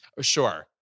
Sure